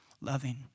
loving